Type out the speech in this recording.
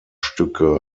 stücke